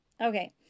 Okay